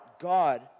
God